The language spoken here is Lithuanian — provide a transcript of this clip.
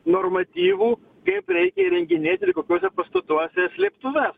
normatyvų kaip reikia įrenginėti ir kokiuose pastatuose slėptuves